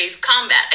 combat